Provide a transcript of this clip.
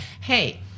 hey